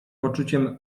poczuciem